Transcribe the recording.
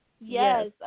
Yes